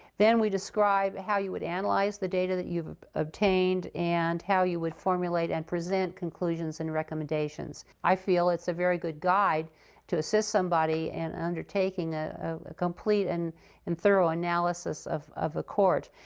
then, we describe how you would analyze the data that you've obtained, and how you would formulate and present conclusions and recommendations. i feel it's a very good guide to assist somebody in undertaking ah a complete and and thorough analysis of of a court.